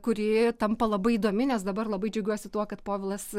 kuri tampa labai įdomi nes dabar labai džiaugiuosi tuo kad povilas